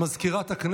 סגנית המזכירת,